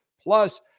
Plus